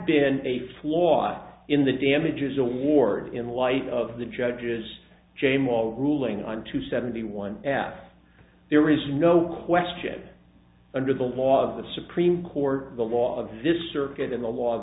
been a flaw in the damages award in light of the judge's jame on a ruling on two seventy one f there is no question under the law of the supreme court the law of this circuit in the law